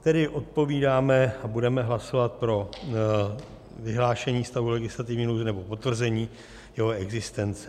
Tedy odpovídáme a budeme hlasovat pro vyhlášení stavu legislativní nouze, nebo potvrzení jeho existence.